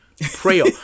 prayer